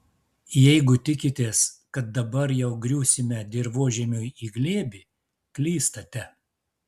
jeigu tikitės kad dabar jau griūsime dirvožemiui į glėbį klystate